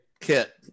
kit